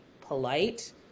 polite